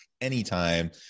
anytime